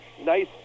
nice